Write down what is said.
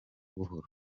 buhoro